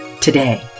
today